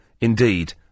indeed